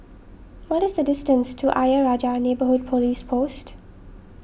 what is the distance to Ayer Rajah Neighbourhood Police Post